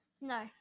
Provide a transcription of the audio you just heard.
No